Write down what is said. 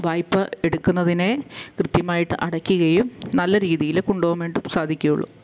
വായ്പ്പ എടുക്കുന്നതിനെ കൃത്യമായിട്ട് അടയ്ക്കുകയും നല്ല രീതിയിൽ കൊണ്ട് പോകാൻ വേണ്ടിയിട്ട് സാധിക്കുകയുള്ളു